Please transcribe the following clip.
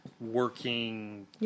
working